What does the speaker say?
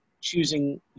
choosing